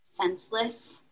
senseless